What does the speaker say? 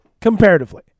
comparatively